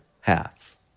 half